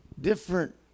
different